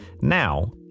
Now